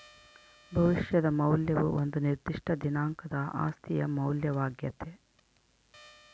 ಭವಿಷ್ಯದ ಮೌಲ್ಯವು ಒಂದು ನಿರ್ದಿಷ್ಟ ದಿನಾಂಕದ ಆಸ್ತಿಯ ಮೌಲ್ಯವಾಗ್ಯತೆ